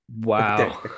wow